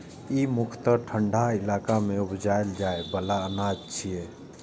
ई मुख्यतः ठंढा इलाका मे उपजाएल जाइ बला अनाज छियै